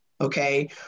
okay